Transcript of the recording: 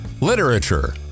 literature